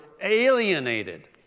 alienated